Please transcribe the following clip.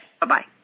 Bye-bye